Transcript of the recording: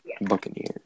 Buccaneers